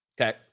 Okay